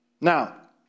Now